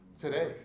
today